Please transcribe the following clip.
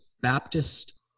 Baptist